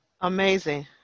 Amazing